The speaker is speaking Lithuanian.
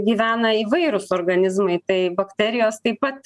gyvena įvairūs organizmai tai bakterijos taip pat